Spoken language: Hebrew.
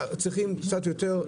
צריכים קצת יותר,